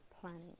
planning